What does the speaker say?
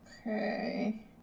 Okay